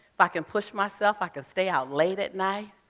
but can push myself, i can stay out late at night.